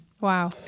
wow